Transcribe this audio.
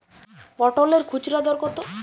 পটলের খুচরা দর কত?